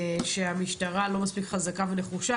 שהמשטרה לא מספיק חזקה ונחושה.